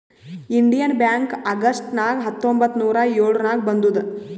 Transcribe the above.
Indian Bank August ನಾಗ್ ಹತ್ತೊಂಬತ್ತ್ ನೂರಾ ಎಳುರ್ನಾಗ್ ಬಂದುದ್